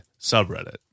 subreddit